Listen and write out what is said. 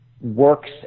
works